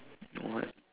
what